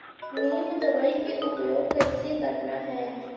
नीम दवई के उपयोग कइसे करना है?